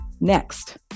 Next